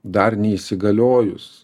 dar neįsigaliojus